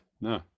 No